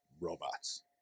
robots